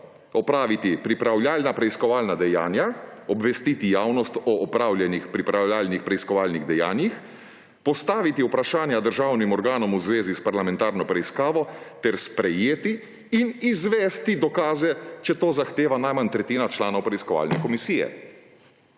opraviti pripravljalna preiskovalna dejanja, obvestiti javnost o opravljenih pripravljalnih preiskovalnih dejanjih, postaviti vprašanja državnim organov v zvezi s parlamentarno preiskavo in sprejeti in izvesti dokaze, če to zahteva najmanj tretjina članov preiskovalne komisije.«